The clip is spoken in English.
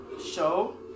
Show